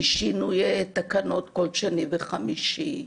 משינויי תקנות כל שני וחמישי,